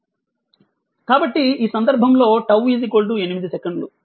కాబట్టి ఈ సందర్భంలో 𝜏 8 సెకన్లు